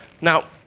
Now